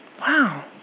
Wow